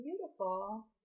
Beautiful